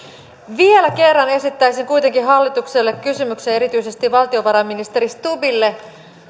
vielä kerran esittäisin kuitenkin hallitukselle erityisesti valtiovarainministeri stubbille